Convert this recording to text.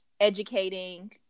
educating